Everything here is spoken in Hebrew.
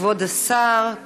כבוד השר,